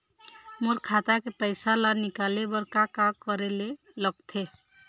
मोर खाता के पैसा ला निकाले बर का का करे ले लगथे?